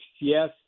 Yes